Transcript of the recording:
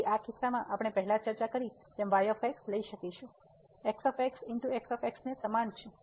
તેથી આ કિસ્સામાં આપણે પહેલાં ચર્ચા કરેલી તેમ y લઈશું તે ને સમાન છે